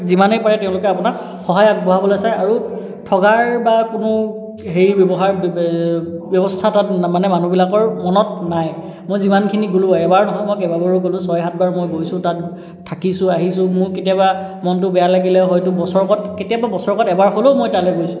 যিমানেই পাৰে তেওঁলোকে আপোনাক সহায় আগবঢ়াবলৈ চায় আৰু ঠগাৰ বা কোনো হেৰি ব্যৱহাৰ ব্যৱস্থা তাত মানে মানুহবিলাকৰ মনত নাই মই যিমানখিনি গ'লোঁ এবাৰ নহয় মই কেইবাবাৰো গ'লোঁ ছয় সাতবাৰ মই গৈছোঁ তাত থাকিছোঁ আহিছোঁ মোৰ কেতিয়াবা মনটো বেয়া লাগিলে হয়টো বছৰত কেতিয়াবা বছৰেকত এবাৰ হ'লেও মই তালৈ গৈছোঁ